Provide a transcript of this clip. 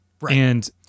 Right